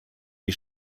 die